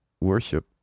worship